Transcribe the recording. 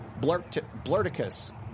Blurticus